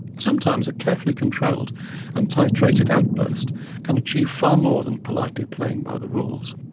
sometimes a carefully controlled and titrated outburst can achieve far more than politely playing by the rules.